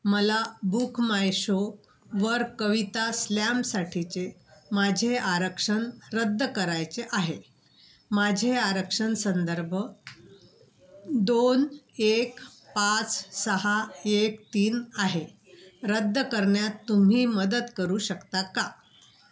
मला Book My Show वर कविता स्लॅमसाठीचे माझे आरक्षण रद्द करायचे आहे माझे आरक्षण संदर्भ दोन एक पाच सहा एक तीन आहे रद्द करण्यात तुम्ही मदत करू शकता का